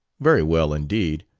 very well indeed.